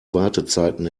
wartezeiten